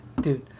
dude